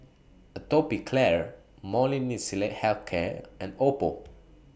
Atopiclair Molnylcke Health Care and Oppo